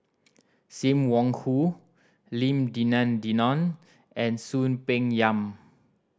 Sim Wong Hoo Lim Denan Denon and Soon Peng Yam